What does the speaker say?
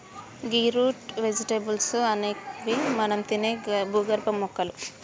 గీ root vegetables అనేవి మనం తినే భూగర్భ మొక్కలు